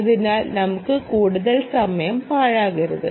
അതിനാൽ നമുക്ക് കൂടുതൽ സമയം പാഴാക്കരുത്